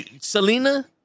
Selena